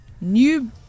new